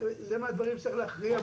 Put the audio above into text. פסיכיאטר,